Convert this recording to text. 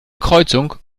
kreuzung